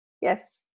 yes